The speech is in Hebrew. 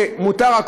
זה מותר,